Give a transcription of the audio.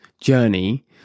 journey